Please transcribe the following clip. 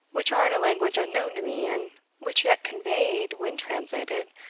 which are in a language unknown to me, and which yet conveyed, when translated,